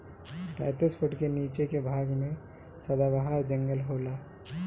पैतीस फुट के नीचे के भाग में सदाबहार जंगल होला